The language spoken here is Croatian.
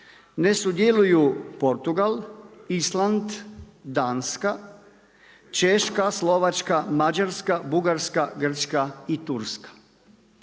Ne sudjeluju: Portugal, Island, Danska, Češka, Slovačka, Mađarska, Bugarska, Grčka i Turska.